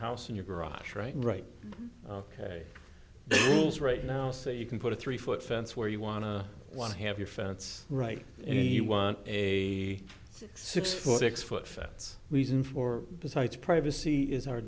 house in your garage right right ok right now so you can put a three foot fence where you want one have your fence right and he want a six foot six foot fence reason for besides privacy is our